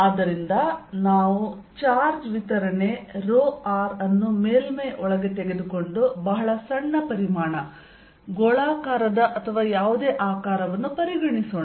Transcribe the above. ಆದ್ದರಿಂದ ನಾವು ಈ ಚಾರ್ಜ್ ವಿತರಣೆ ರೋ r ಅನ್ನು ಮೇಲ್ಮೈ ಒಳಗೆ ತೆಗೆದುಕೊಂಡು ಬಹಳ ಸಣ್ಣ ಪರಿಮಾಣ ಗೋಳಾಕಾರದ ಅಥವಾ ಯಾವುದೇ ಆಕಾರವನ್ನು ಪರಿಗಣಿಸೋಣ